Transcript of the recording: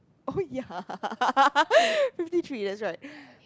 oh ya fifty three that's right